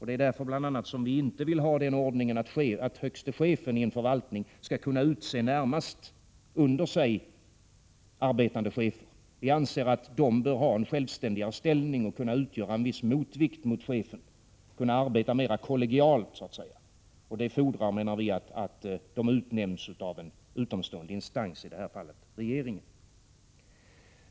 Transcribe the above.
Det är bl.a. därför vi inte vill ha den ordningen att högste chefen i en förvaltning skall kunna utse sina närmast underställda chefer. Vi anser att dessa bör ha en självständigare ställning och utgöra en viss motvikt till chefen och kunna arbeta mera kollegialt, så att säga. Detta fordrar att de utnämns av en utomstående instans, i det här fallet regeringen.